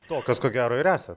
tokios ko gero ir esa